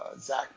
Zach